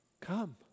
Come